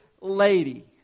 lady